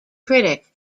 critic